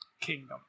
kingdom